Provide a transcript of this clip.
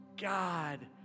God